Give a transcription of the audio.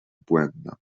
błędna